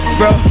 bro